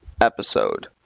episode